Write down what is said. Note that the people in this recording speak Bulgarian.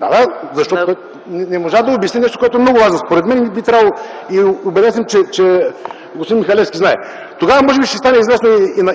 ...Да, да. Защото не можа да обясни нещо, което е много важно, според мен, и съм убеден, че господин Михалевски знае. Тогава може би ще стане известно